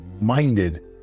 minded